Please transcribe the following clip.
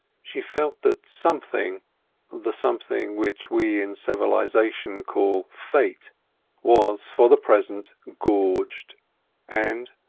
she felt that something the something which we in civilisation call fate was for the present gorged and,